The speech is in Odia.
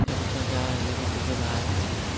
ଏବେ ତ ଯାହା ହେଲେ ବି ଟିକେ ବାହାରିଛି